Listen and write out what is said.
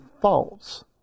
false